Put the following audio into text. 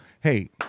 hey